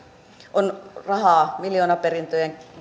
on rahaa miljoonaperintöjen